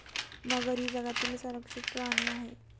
मगर ही जगातील संरक्षित प्राणी आहे